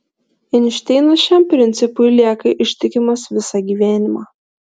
einšteinas šiam principui lieka ištikimas visą gyvenimą